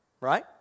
right